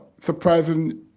surprising